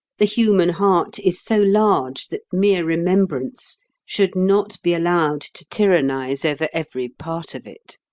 the human heart is so large that mere remembrance should not be allowed to tyrannize over every part of it.